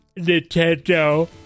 Nintendo